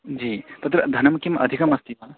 जि तत्र धनं किम् अधिकम् अस्ति वा